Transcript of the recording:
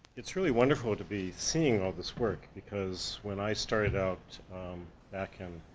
it's truly wonderful to be seeing all this work, because when i started out back in,